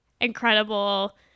incredible